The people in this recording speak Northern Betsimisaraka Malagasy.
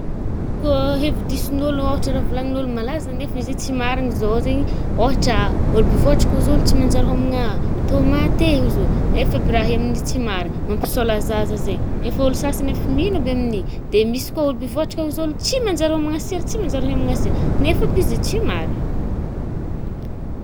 Kô hevi-dison’ôlo, ôhatra raha volanign’ôlo malaza nefa izi tsy marigny zao zaigny, ôhatra ôlo be vôtriky ôzy olo tsy manjary hômagna tomate eh, ôzo olo nefa aby raha i amin’i tsy marigny, mampisôla zaza zaigny, nefa ôlo sasany efa mino aby amin’igny, de misy koà olo be vôtriky ôzy olo tsy manjary hômagna sira-tsy manjary le ômagna sira, nefa aby izy i tsy mary.